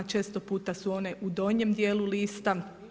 Često puta su one u donjem dijelu lista.